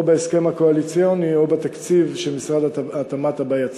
או בהסכם הקואליציוני או בתקציב שמשרד התמ"ת הבא יציב.